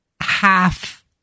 half